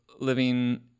living